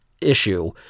issue